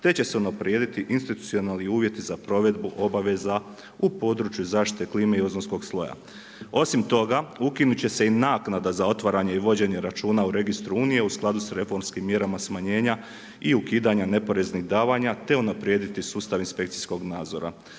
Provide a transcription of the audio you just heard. te će se unaprijediti institucionalni uvjeti za provedbu obaveza u području zaštite klime i ozonskog sloja. Osim toga, ukinut će se i naknada za otvaranje i vođenje računa u registru Unije u skladu sa reformskim mjerama smanjenja i ukidanja neporeznih davanja, te unaprijediti sustav inspekcijskog nadzora.